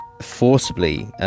forcibly